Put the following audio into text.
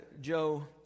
Joe